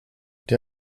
der